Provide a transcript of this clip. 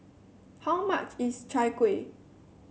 how much is Chai Kuih